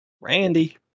Randy